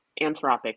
anthropic